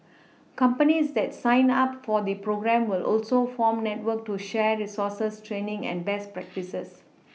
companies that sign up for the programme will also form network to share resources training and best practices